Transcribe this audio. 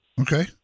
Okay